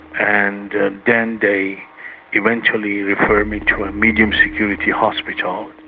and then they eventually refer me to a medium-security hospital.